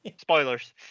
Spoilers